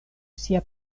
sia